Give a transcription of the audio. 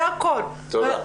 זה הכל.